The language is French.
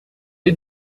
est